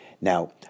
Now